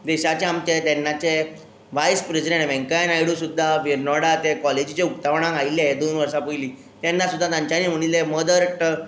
देशाचे आमचे तेन्नाचे वायज प्रेजीडेंट व्येंकय्या नायडू सुद्दां नोडा ते कॉलेजीच्या उक्तावणाक आयिल्ले दोन वर्सां पयलीं तेन्ना सुद्दां तांच्यांनी म्हणिल्लें मदरटंगांक आमी